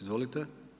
Izvolite.